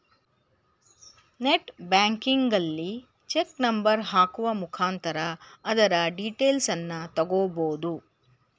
net ಬ್ಯಾಂಕಿಂಗಲ್ಲಿ check number ಹಾಕುವ ಮುಖಾಂತರ ಅದರ ಡೀಟೇಲ್ಸನ್ನ ತಗೊಬೋದು